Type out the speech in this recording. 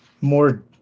more